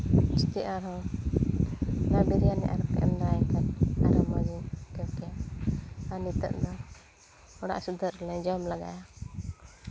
ᱥᱮᱪᱮᱫ ᱟᱮᱦᱚᱸ ᱱᱚᱣᱟ ᱵᱤᱨᱭᱟᱱᱤ ᱟᱨᱚ ᱯᱮ ᱮᱢ ᱫᱟᱲᱮᱭᱟᱹᱧ ᱠᱷᱟᱱ ᱟᱨᱚ ᱢᱚᱡᱤᱧ ᱟᱹᱭᱠᱟᱹᱣ ᱠᱮᱭᱟ ᱟᱨ ᱱᱤᱛᱚᱜ ᱫᱚ ᱚᱲᱟᱜ ᱥᱩᱫᱷᱟᱹᱜ ᱞᱮ ᱡᱚᱢ ᱞᱮᱜᱟᱭᱟ